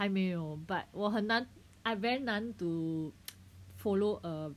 还没有 but 我很难 I very 难 to follow a